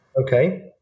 Okay